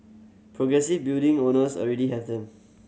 progressive building owners already have them